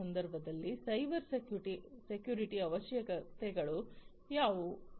0ರ ಸಂದರ್ಭದಲ್ಲಿ cyber security ಅವಶ್ಯಕತೆಗಳು ಯಾವುವು